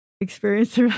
experience